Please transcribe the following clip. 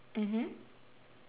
mmhmm